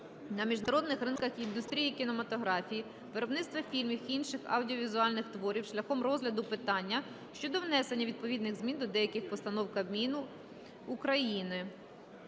на міжнародних ринках індустрії кінематографії, виробництва фільмів, інших аудіовізуальних творів, шляхом розгляду питання щодо внесення відповідних змін до деяких постанов Кабміну України.